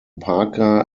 parker